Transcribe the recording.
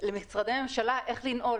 לחזור לממונה עליך,